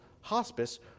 hospice